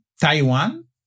Taiwan